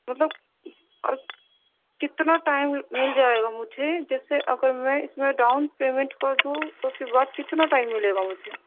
مطلب اور کتنا ٹائم مِل جائے گا مجھے جیسے اگر میں اِس میں ڈاؤن پیمنٹ کر دوں اُس کے بعد کتنا ٹائم ملے گا مجھے